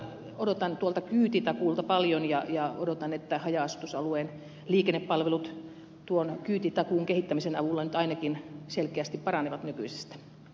odotan tuolta kyytitakuulta paljon ja odotan että haja asutusalueiden liikennepalvelut tuon kyytitakuun kehittämisen avulla nyt ainakin selkeästi paranevat nykyisestä